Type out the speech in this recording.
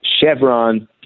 Chevron